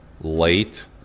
late